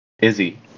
Izzy